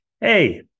Hey